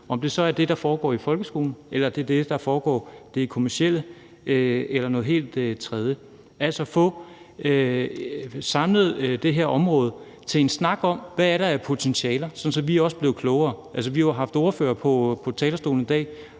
om det så er det, der foregår i folkeskolen, eller det er det, der foregår inden for det kommercielle, eller noget helt tredje, altså få samlet det her område til en snak om, hvad der er af potentialer, sådan at vi også bliver klogere. Altså, vi har jo haft ordførere på talerstolen i dag,